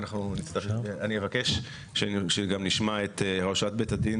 אחראי על כלי הסעה הצפוי להגיע לישראל או לצאת ממנה,